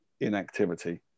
inactivity